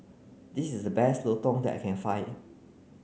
this is the best Lontong that I can find